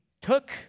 took